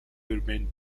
urbaine